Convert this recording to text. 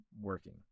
working